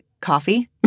coffee